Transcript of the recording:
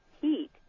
heat